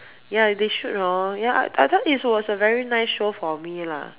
ya they should hor ya I I thought this was a very nice show for me lah